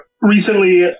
Recently